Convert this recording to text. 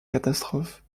catastrophes